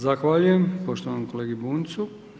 Zahvaljujem poštovanom kolegi Bunjcu.